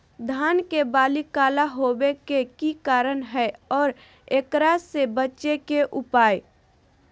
धान के बाली काला होवे के की कारण है और एकरा से बचे के उपाय?